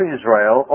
Israel